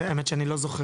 האמת היא שאני לא זוכר.